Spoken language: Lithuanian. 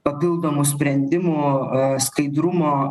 papildomų sprendimų skaidrumo